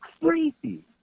crazy